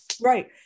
Right